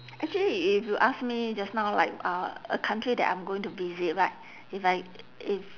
actually if you ask me just now like uh a country that I'm going to visit right if I if